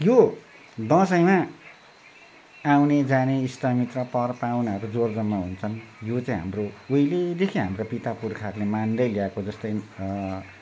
यो दसैँमा आउने जाने इष्टमित्र परपाहुनाहरू जोरजम्मा हुन्छन् यो चाहिँ हाम्रो उहिलेदेखि हाम्रा पितापुर्खाहरूले मान्दै ल्याएको जस्तै